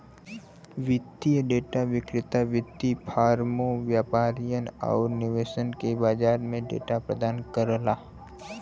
वित्तीय डेटा विक्रेता वित्तीय फर्मों, व्यापारियन आउर निवेशक के बाजार डेटा प्रदान करला